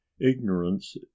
ignorance